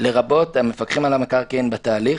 לרבות את המפקחים על המקרקעין, בתהליך.